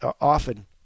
often